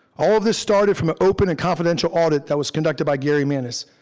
all of this started from an open and confidential audit that was conducted by gary manis.